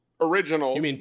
original